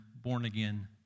born-again